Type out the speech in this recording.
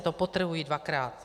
To podtrhuji dvakrát.